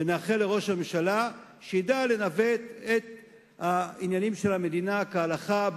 ונאחל לראש הממשלה שידע לנווט את העניינים של המדינה כהלכה,